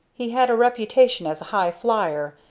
he had a reputation as a high flyer,